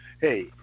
hey